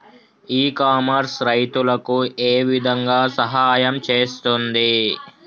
ఇ commerce రైతులకు ఏ విధంగా సహాయం చేస్తుంది?